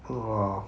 !wah!